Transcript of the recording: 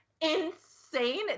insane